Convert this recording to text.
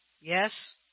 yes